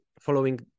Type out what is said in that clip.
following